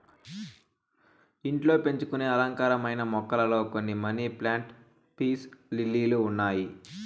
ఇంట్లో పెంచుకొనే అలంకారమైన మొక్కలలో కొన్ని మనీ ప్లాంట్, పీస్ లిల్లీ ఉన్నాయి